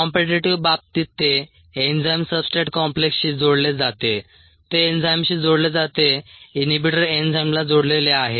competitive बाबतीत ते enzyme substrate कॉम्प्लेक्सशी जोडले जाते ते एन्झाइमशी जोडले जाते इनहिबिटर एन्झाइमला जोडलेले आहे